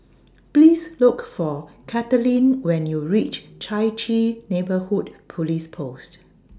Please Look For Kathaleen when YOU REACH Chai Chee Neighbourhood Police Post